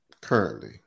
currently